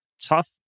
tough